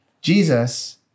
Jesus